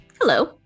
Hello